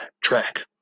track